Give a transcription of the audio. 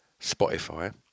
Spotify